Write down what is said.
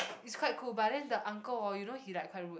it's quite cool but then the uncle hor you know he like quite rude